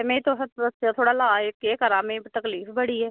ते थोह्ड़ा लाज़ केह् करां तकलीफ बड़ी ऐ